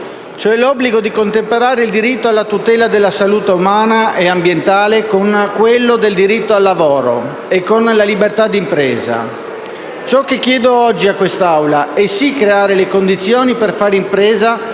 all'obbligo di contemperare il diritto alla tutela della salute umana e ambientale con quello del diritto al lavoro e con la libertà d'impresa. Ciò che chiedo oggi a quest'Assemblea è, sì, creare le condizioni per fare impresa